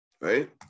right